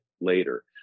later